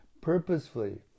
purposefully